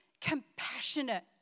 compassionate